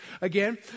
again